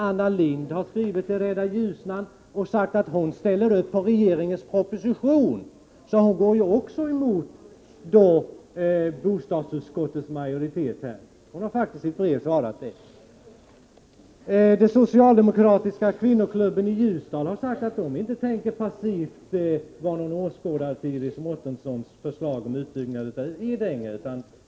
Anna Lindh har skrivit till Rädda Ljusnan och sagt att hon ställer upp på regeringens proposition. Hon går alltså också emot bostadsutskottets majoritet. Den socialdemokratiska kvinnoklubben i Ljusdal har sagt att den inte passivt tänker vara någon åskådare till ett genomförande av Iris Mårtenssons förslag om en utbyggnad av Edänge.